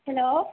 hello